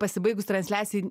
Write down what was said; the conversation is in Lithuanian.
pasibaigus transliacijai